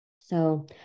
So-